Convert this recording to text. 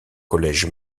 collège